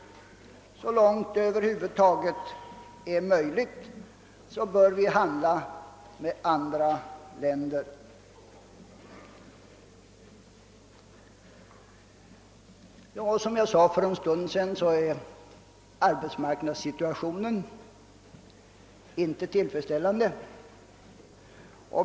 Så långt det över huvud taget är möjligt bör vi handla med andra länder. Som jag sade för en stund sedan är arbetsmarknadssituationen inte = tillfredsställande.